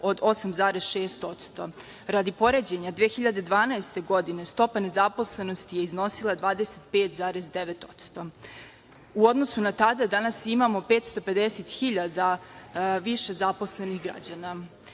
od 8,6%. Radi poređenja 2012. godine stopa nezaposlenosti je iznosila 25,9%.U odnosu na tada, danas imamo 550 hiljada više zaposlenih građana. Ono